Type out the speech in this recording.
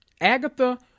Agatha